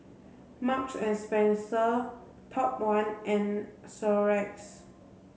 Marks and Spencer Top One and Xorex